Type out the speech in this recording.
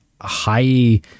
high